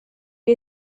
gli